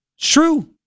True